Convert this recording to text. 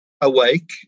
awake